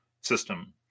system